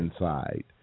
inside